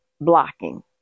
blocking